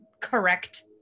correct